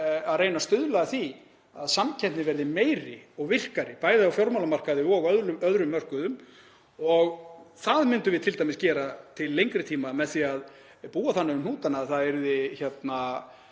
að reyna að stuðla að því að samkeppni verði meiri og virkari, bæði á fjármálamarkaði og á öðrum mörkuðum. Það myndum við t.d. gera til lengri tíma með því að búa þannig um hnútana að það yrði meira